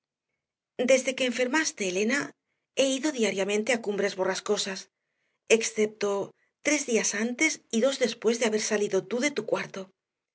desde que enfermaste elena he ido diariamente a cumbres borrascosas excepto tres días antes y dos después de haber salido tú de tu cuarto